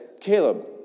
Caleb